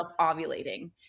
ovulating